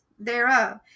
Thereof